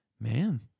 man